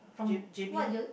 J J_B loh